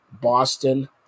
Boston